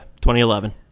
2011